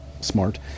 smart